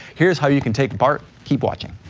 here's how you can take part, keep watching